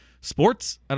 sports